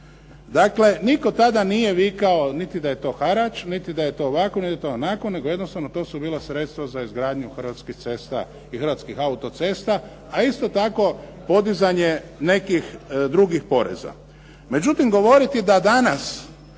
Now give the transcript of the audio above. Dakle, nitko tada nije vikao niti da je to harač, niti da je to ovako, da je to onako, nego jednostavno to su bila sredstva za izgradnju hrvatskih cesta i hrvatskih autocesta, a isto tako podizanje nekih drugih poreza. Međutim, govoriti da danas